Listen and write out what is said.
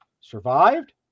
survived